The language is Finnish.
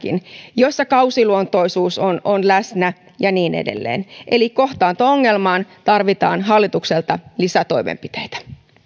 jossa kausiluontoisuus on on läsnä ja niin edelleen eli kohtaanto ongelmaan tarvitaan hallitukselta lisätoimenpiteitä